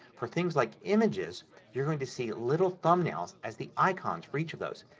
for things like images you're going to see little thumbnails as the icons for each of those.